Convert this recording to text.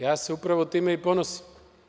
Ja se upravo time i ponosim.